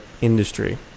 industry